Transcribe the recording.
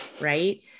Right